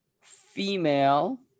female